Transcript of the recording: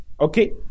okay